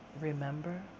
remember